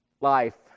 life